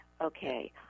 Okay